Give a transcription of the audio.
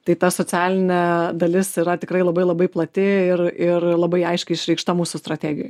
tai ta socialinė dalis yra tikrai labai labai plati ir ir labai aiškiai išreikšta mūsų strategijoj